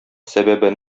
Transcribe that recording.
сәбәбе